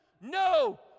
No